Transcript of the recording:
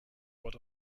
what